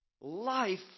Life